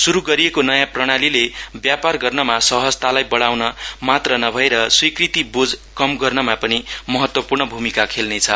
शुरू गरिएको नयाँ प्रणालीले व्यापार गर्नमा सहजतालाई बढ़ाउन मान्त्र नभएर स्वीकृति बोझ कम गर्नमा पनि महत्वपूर्ण भूमिका खेल्नेछ